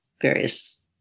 various